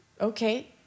okay